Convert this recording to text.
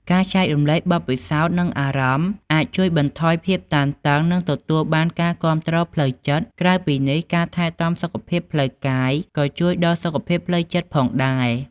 ការចែករំលែកបទពិសោធន៍និងអារម្មណ៍អាចជួយបន្ថយភាពតានតឹង និងទទួលបានការគាំទ្រផ្លូវចិត្ត ក្រៅពីនេះ ការថែទាំសុខភាពផ្លូវកាយក៏ជួយដល់សុខភាពផ្លូវចិត្តផងដែរ។